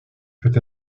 peut